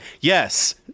Yes